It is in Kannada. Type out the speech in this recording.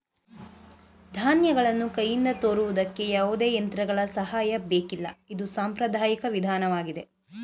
ಧಾನ್ಯಗಳನ್ನು ಕೈಯಿಂದ ತೋರುವುದಕ್ಕೆ ಯಾವುದೇ ಯಂತ್ರಗಳ ಸಹಾಯ ಬೇಕಿಲ್ಲ ಇದು ಸಾಂಪ್ರದಾಯಿಕ ವಿಧಾನವಾಗಿದೆ